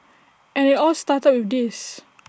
and IT all started with this